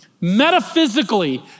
metaphysically